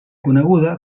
coneguda